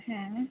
हेँ